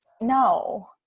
No